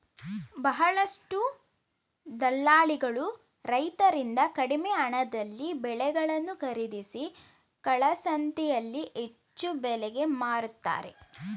ಬಹಳಷ್ಟು ದಲ್ಲಾಳಿಗಳು ರೈತರಿಂದ ಕಡಿಮೆ ಹಣದಲ್ಲಿ ಬೆಳೆಗಳನ್ನು ಖರೀದಿಸಿ ಕಾಳಸಂತೆಯಲ್ಲಿ ಹೆಚ್ಚು ಬೆಲೆಗೆ ಮಾರುತ್ತಾರೆ